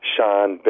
Sean